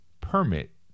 permit